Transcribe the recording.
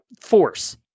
force